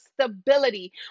stability